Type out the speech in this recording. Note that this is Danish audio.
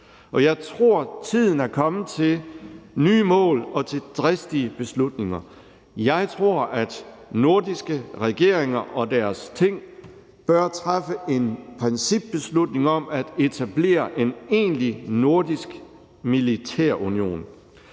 jeg tror, tiden er kommet til nye mål og til dristige beslutninger. Jeg tror, at nordiske regeringer og deres ting bør træffe en principbeslutning om at etablere en egentlig nordisk militærunion: